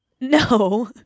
No